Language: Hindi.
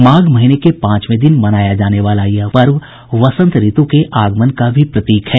माघ महीने के पांचवे दिन मनाया जाने वाला यह पर्व वसंत ऋतु के आगमन का भी प्रतीक है